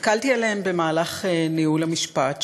הסתכלתי עליהם במהלך ניהול המשפט,